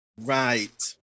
Right